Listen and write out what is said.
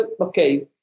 okay